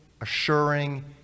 assuring